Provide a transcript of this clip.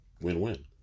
Win-win